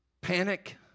Panic